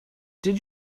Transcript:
did